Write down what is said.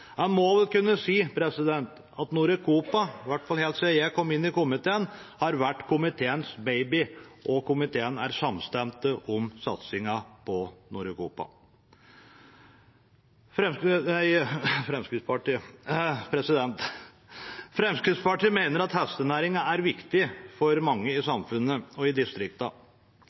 jeg kom inn i komiteen, har vært komiteens baby, og komiteen er samstemt om satsingen på Norecopa. Fremskrittspartiet mener at hestenæringen er viktig for mange i samfunnet og i